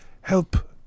help